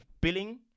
billing